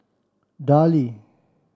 Darlie